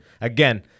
again